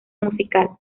musical